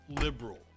liberal